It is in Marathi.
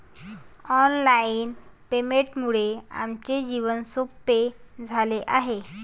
ऑनलाइन पेमेंटमुळे आमचे जीवन सोपे झाले आहे